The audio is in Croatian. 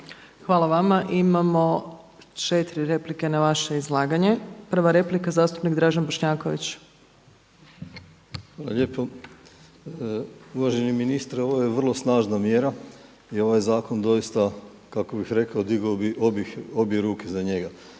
Hvala vama. Imamo 4 replike na vaše izlaganje. Prva replika zastupnik Dražen Bošnjaković. **Bošnjaković, Dražen (HDZ)** Hvala lijepo. Uvaženi ministre, ovo je vrlo snažna mjera i ovaj zakon doista kako bih rekao digao bih obje ruke za njega.